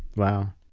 wow.